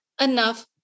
enough